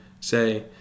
say